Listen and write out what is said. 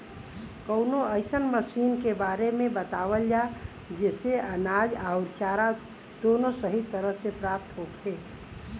कवनो अइसन मशीन के बारे में बतावल जा जेसे अनाज अउर चारा दोनों सही तरह से प्राप्त होखे?